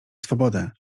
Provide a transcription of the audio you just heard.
swobodę